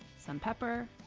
some pepper,